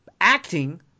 acting